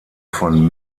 von